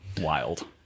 Wild